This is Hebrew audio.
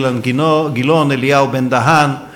אילן גילאון ואלי בן-דהן,